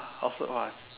what